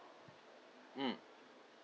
mm